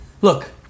Look